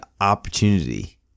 opportunity